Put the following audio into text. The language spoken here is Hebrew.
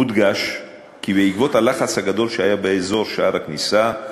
מודגש כי בעקבות הלחץ הגדול שהיה באזור שער הכניסה,